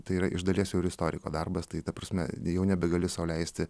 tai yra iš dalies jau ir istoriko darbas tai ta prasme jau nebegali sau leisti